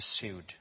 pursued